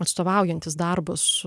atstovaujantis darbas